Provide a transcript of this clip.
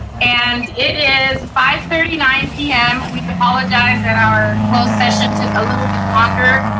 and it is five thirty nine p m. we apologize that our closed session took a little bit longer.